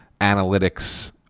analytics